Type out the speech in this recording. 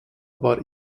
war